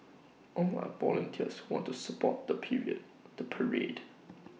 all are volunteers want to support the period the parade